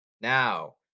Now